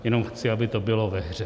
Jenom chci, aby to bylo ve hře.